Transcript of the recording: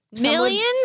Millions